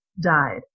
died